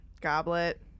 Goblet